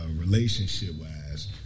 relationship-wise